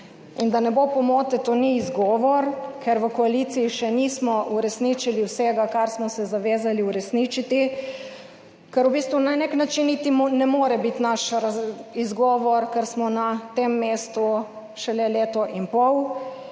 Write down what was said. in da ne bo pomote, to ni izgovor, ker v koaliciji še nismo uresničili vsega, kar smo se zavezali uresničiti, ker v bistvu na nek način niti ne more biti naš izgovor, ker smo na tem mestu šele leto in pol